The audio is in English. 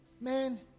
man